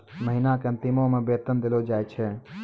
महिना के अंतिमो मे वेतन देलो जाय छै